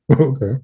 Okay